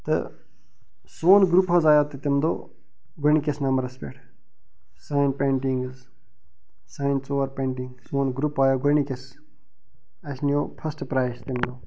تہٕ سون گرٛوپ حظ آیِو تتہِ تمہِ دۅہ گۄڈٕنِکِس نمبرَس پیٚٹھ سٲنۍ پیٚنٹِنٛگ حظ سانہِ ژور پیٚنٹِنٛگ سون گرٛوپ آیِو گۅڈٕنِکِس اَسہِ نیٛوٗ فَسٹہٕ پرٛایِز تَمہِ دۄہ